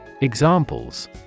Examples